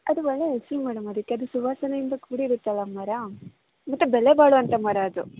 ಅದು ಒಳ್ಳೆಯ ಹೆಸ್ರು ಮೇಡಮ್ ಅದಕ್ಕೆ ಅದು ಸುವಾಸನೆಯಿಂದ ಕೂಡಿರುತ್ತಲ್ಲ ಮರ ಮತ್ತು ಬೆಲೆಬಾಳುವಂಥ ಮರ ಅದು